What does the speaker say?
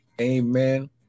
Amen